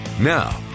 Now